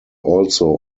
also